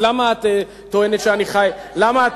אז למה את טוענת שאני חי בסרט?